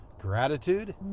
gratitude